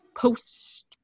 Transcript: post